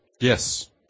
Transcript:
Yes